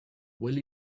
will